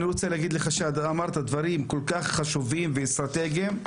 אמרת דברים כל כך חשובים ואסטרטגיים.